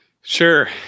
Sure